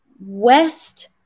West